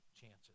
chances